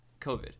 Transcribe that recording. COVID